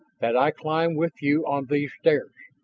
that i climb with you on these stairs.